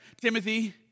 Timothy